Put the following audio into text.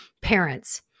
parents